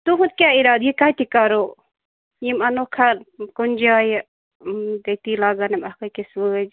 تُہنٛد کیٛاہ اِرادٕ یہِ کَتہِ کَرو یِم اَنہوکھا کُنہِ جایہِ تٔتی لاگیٚن یِم اَکھ أکِس وٲجۍ